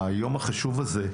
היום החשוב הזה,